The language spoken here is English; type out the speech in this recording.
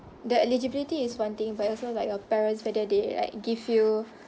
the eligibility is one thing but also like your parents whether they like give you